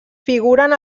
figuren